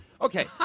Okay